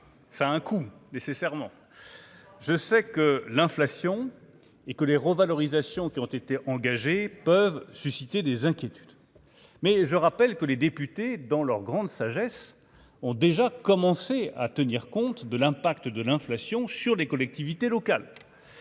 ça a un coût, nécessairement, je sais que l'inflation et que les revalorisations qui ont été engagées, peuvent susciter des inquiétudes, mais je rappelle que les députés dans leur grande sagesse. Ont déjà commencé à tenir compte de l'impact de l'inflation sur les collectivités locales